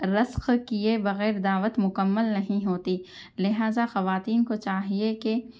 رقص کیے بغیر دعوت مکمل نہیں ہوتی لِہذا خواتین کو چاہیے کہ